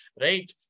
Right